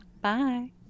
Bye